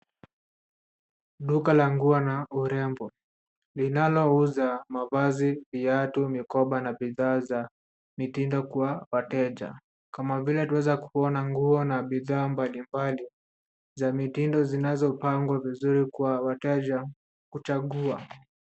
Duka la nguo na urembo linalouza mavazi, viatu, mikoba na bidhaa za mitindo kwa wateja kama vile twaweza kuona nguo na bidhaa mbalimbali za mitindo zinazopangwa vizuri kwa wateja kuchagua.